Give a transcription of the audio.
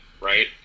Right